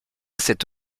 cette